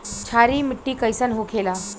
क्षारीय मिट्टी कइसन होखेला?